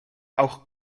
auch